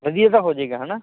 ਵਧੀਆ ਤਾਂ ਹੋ ਜਾਏਗਾ ਹੈ ਨਾ